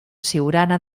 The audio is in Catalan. siurana